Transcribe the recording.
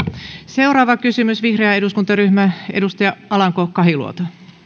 seuraava kysymys vihreä eduskuntaryhmä edustaja alanko kahiluoto arvoisa